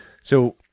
So-